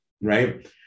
Right